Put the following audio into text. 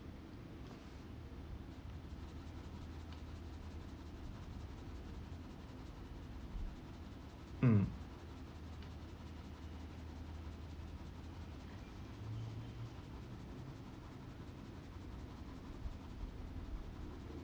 mm